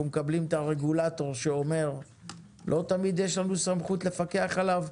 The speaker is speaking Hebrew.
אנחנו מקבלים את הרגולטור שאומר לא תמיד יש לנו סמכות לפקח עליו.